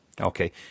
Okay